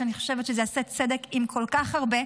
ואני חושבת שזה יעשה צדק עם כל כך הרבה.